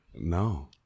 No